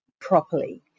properly